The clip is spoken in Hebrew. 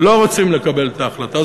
לא רוצים לקבל את ההחלטה?